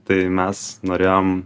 tai mes norėjom